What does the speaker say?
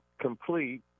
complete